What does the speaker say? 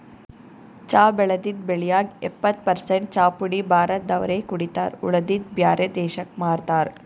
ಚಾ ಬೆಳದಿದ್ದ್ ಬೆಳ್ಯಾಗ್ ಎಪ್ಪತ್ತ್ ಪರಸೆಂಟ್ ಚಾಪುಡಿ ಭಾರತ್ ದವ್ರೆ ಕುಡಿತಾರ್ ಉಳದಿದ್ದ್ ಬ್ಯಾರೆ ದೇಶಕ್ಕ್ ಮಾರ್ತಾರ್